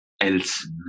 else